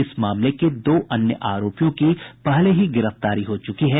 इस मामले के दो अन्य आरोपियों की पहले ही गिरफ्तारी हो चुकी है